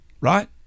right